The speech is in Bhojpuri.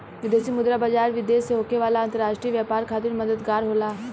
विदेशी मुद्रा बाजार, विदेश से होखे वाला अंतरराष्ट्रीय व्यापार खातिर मददगार होला